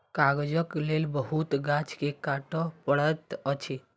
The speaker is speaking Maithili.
कागजक लेल बहुत गाछ के काटअ पड़ैत अछि